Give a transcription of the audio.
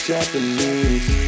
Japanese